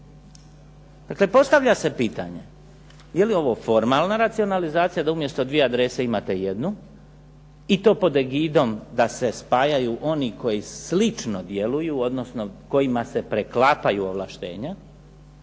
Dakle postavlja se pitanje je li ova formalna racionalizacija da umjesto dvije adrese imate jednu, i to pod egidom da se spajaju oni koji slično djeluju, odnosno kojima se preklapaju ovlaštenja